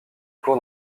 cour